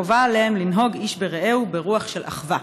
חובה עליהם לנהוג איש ברעהו ברוח של אחווה".